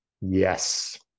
Yes